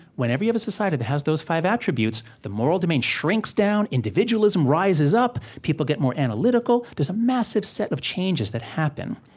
when ever you have a society that has those five attributes, the moral domain shrinks down, individualism rises up, people get more analytical there's a massive set of changes that happen.